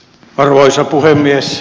arvoisa puhemies